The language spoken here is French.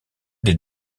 des